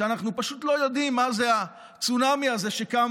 ואנחנו פשוט לא יודעים מה זה הצונאמי הזה שקם